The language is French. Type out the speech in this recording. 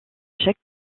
chaque